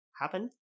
happen